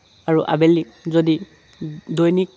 আৰু আবেলি যদি দৈনিক